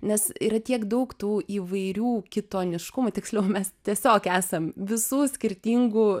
nes yra tiek daug tų įvairių kitoniškumų tiksliau mes tiesiog esam visų skirtingų